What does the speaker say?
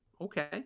okay